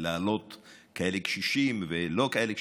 ולהעלות כאלה קשישים או לא כאלה קשישים.